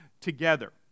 together